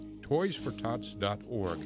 toysfortots.org